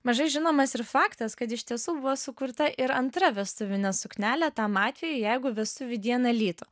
mažai žinomas ir faktas kad iš tiesų buvo sukurta ir antra vestuvinė suknelė tam atvejui jeigu vestuvių dieną lytų